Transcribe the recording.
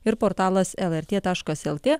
ir portalas lrt taškas lt